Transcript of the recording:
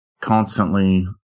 constantly